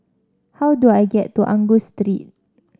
how do I get to Angus Street